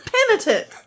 Penitent